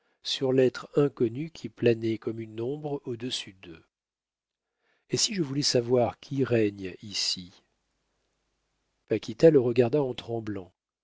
sur l'être inconnu qui planait comme une ombre au-dessus d'eux et si je voulais savoir qui règne ici paquita le regarda en tremblant